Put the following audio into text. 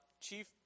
chief